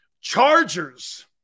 chargers